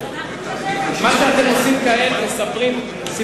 אנחנו נתקן את זה.